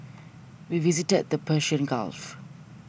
we visited the Persian Gulf